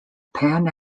pan